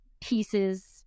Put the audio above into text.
pieces